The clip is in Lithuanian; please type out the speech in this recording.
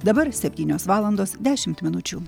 dabar septynios valandos dešimt minučių